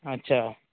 अच्छा